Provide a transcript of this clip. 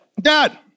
Dad